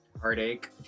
Heartache